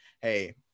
hey